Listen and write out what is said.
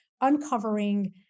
uncovering